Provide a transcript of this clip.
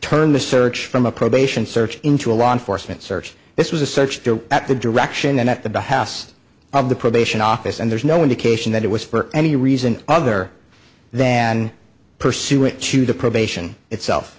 turn the search from a probation search into a law enforcement search this was a such at the direction and at the behest of the probation office and there's no indication that it was for any reason other than pursuant to the probation itself